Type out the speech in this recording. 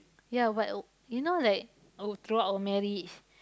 ya but uh you know like uh throughout marriage